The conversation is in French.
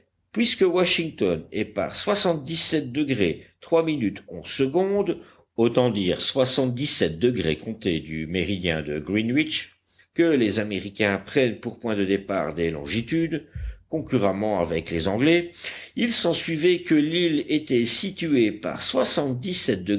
puisque washington est par autant dire soixantedix sept degrés comptés du méridien de greenwich que les américains prennent pour point de départ des longitudes concurremment avec les anglais il s'ensuivait que l'île était située par soixante-dix-sept